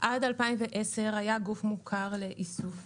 עד 2010 היה גוף מוכר לאיסוף.